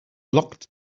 locked